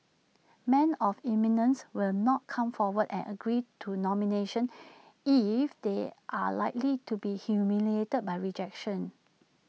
men of eminence will not come forward and agree to nomination if they are likely to be humiliated by rejection